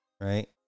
right